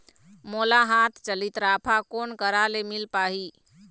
मोला हाथ चलित राफा कोन करा ले मिल पाही?